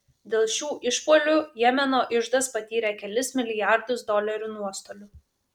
dėl šių išpuolių jemeno iždas patyrė kelis milijardus dolerių nuostolių